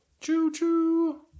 Choo-choo